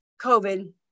COVID